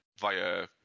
via